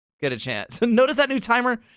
get a chance. notice that new timer?